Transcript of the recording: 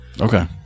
Okay